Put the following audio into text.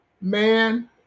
man